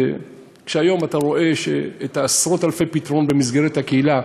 כשהיום אתה רואה עשרות-אלפי פתרונות במסגרת הקהילה,